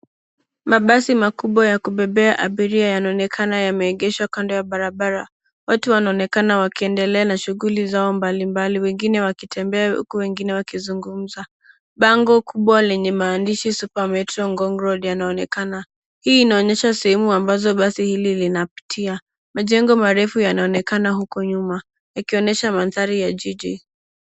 Mabasi makubwa ya kubebea abiria yanaonekana yameegeshwa kando ya barabara. Watu wanaonekana wakiendelea na shughuli zao mbalimbali, wengine wakitembea huku wengine wakizungumza. Bango kubwa lenye maandishi Super Metro Ngong Road yanaonekana. Hii inaonyesha sehemu ambazo basi hili linapitia. Majengo marefu yanaonekana huko nyuma yakionyesha mandhari ya jiji.